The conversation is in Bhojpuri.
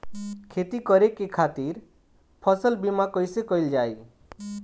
खेती करे के खातीर फसल बीमा कईसे कइल जाए?